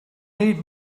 need